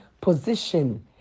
position